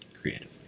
creatively